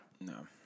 no